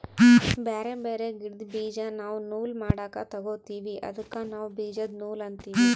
ಬ್ಯಾರೆ ಬ್ಯಾರೆ ಗಿಡ್ದ್ ಬೀಜಾ ನಾವ್ ನೂಲ್ ಮಾಡಕ್ ತೊಗೋತೀವಿ ಅದಕ್ಕ ನಾವ್ ಬೀಜದ ನೂಲ್ ಅಂತೀವಿ